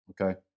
okay